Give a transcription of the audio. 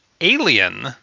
Alien